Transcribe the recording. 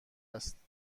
است